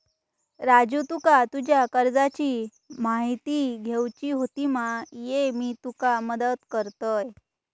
राजू तुका तुज्या कर्जाची म्हायती घेवची होती मा, ये मी तुका मदत करतय